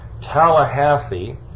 Tallahassee